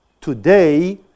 today